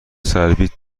سربیت